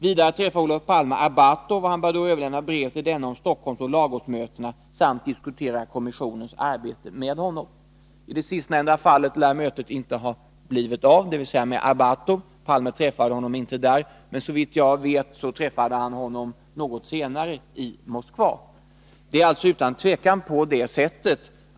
Vidare träffar OP Arbatov och han bör då överlämna brev till denne om Stockholms = Nr 154 och Lagosmötena samt diskutera kommissionens arbete med honom.” Onsdagen den Det sistnämnda mötet lär inte ha blivit av, men Olof Palme träffade såvitt - 25 maj 1983 jag vet Arbatov något senare i Moskva.